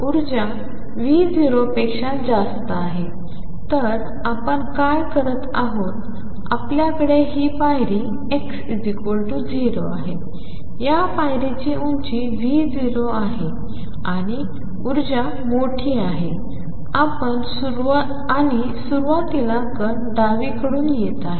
ऊर्जा V 0 पेक्षा जास्त आहे तर आपण काय करत आहोत आपल्याकडे ही पायरी x 0 आहे या पायरीची उंची V0 आहे आणि ऊर्जा मोठी आहे आणि सुरुवातीला कण डावीकडून येत आहेत